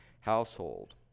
household